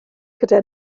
gyda